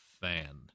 fan